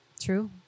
True